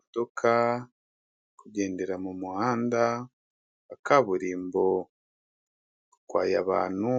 Imodoka iri kugendera mu muhanda wa kaburimbo, itwaye abantu